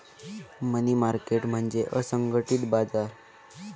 मनी market म्हणजे असंघटित बाजार